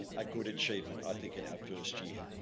a good achievement, i think, in our first year.